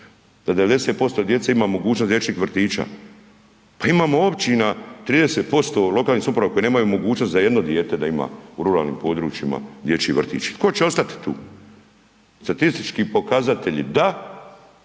da 90% djece ima mogućnost dječjih vrtića. Pa imamo općina 30% u lokalnim samoupravama koje nemaju mogućnost za jedno dijete da ima u ruralnim područjima dječji vrtić. Tko će ostat tu? Statistički pokazatelji da,